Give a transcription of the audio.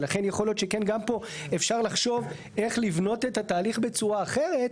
ולכן יכול להיות שגם פה אפשר לחשוב איך לבנות את התהליך הצורה אחרת.